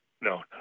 No